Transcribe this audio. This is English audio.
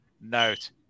note